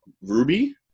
Ruby